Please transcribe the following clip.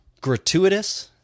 gratuitous